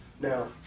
Now